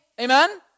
amen